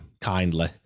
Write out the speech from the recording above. kindly